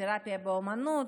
תרפיה באומנות,